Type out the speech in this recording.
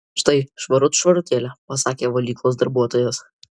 štai švarut švarutėlė pasakė valyklos darbuotojas